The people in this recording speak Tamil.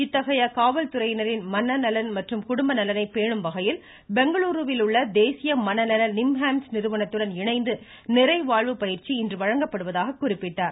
இத்தகைய காவல்துறையினரின் மனநலன் குடும்ப நலனை பேணும் வகையில் பெங்களுருவில் உள்ள தேசிய மனநல ஜேஆர்யுளே நிறுவனத்துடன் இணைந்து நிறைவாழ்வு பயிற்சி இன்று வழங்கப்படுவதாக குறிப்பிட்டார்